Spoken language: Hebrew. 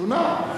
שונה.